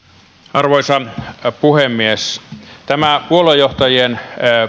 arvoisa puhemies tämä puoluejohtajien